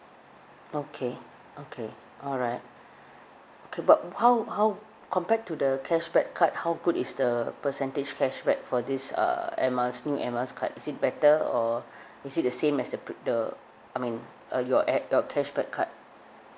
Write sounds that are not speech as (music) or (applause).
okay okay alright okay but how how compared to the cashback card how good is the percentage cashback for this uh air miles new air miles card is it better or (breath) is it the same as the pre~ the I mean uh your air your cashback card